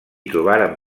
trobaren